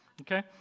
Okay